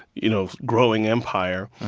you know, growing empire.